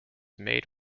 made